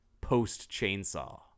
post-Chainsaw